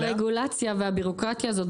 הרגולציה והבירוקרטיה הזאת,